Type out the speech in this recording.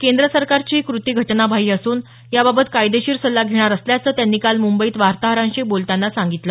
केंद्र सरकारची ही कृती घटनाबाह्य असून याबाबत कायदेशीर सल्ला घेणार असल्याचं त्यांनी काल मुंबईत वार्ताहरांशी बोलताना सांगितलं